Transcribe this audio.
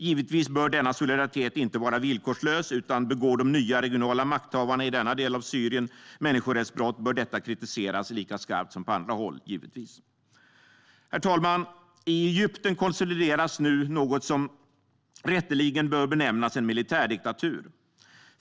Givetvis bör denna solidaritet inte vara villkorslös, utan begår de nya regionala makthavarna i denna del av Syrien människorättsbrott bör detta givetvis kritiseras lika skarpt som på andra håll. Herr talman! I Egypten konsolideras nu något som rätteligen bör benämnas en militärdiktatur.